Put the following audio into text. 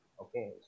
Okay